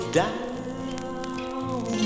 down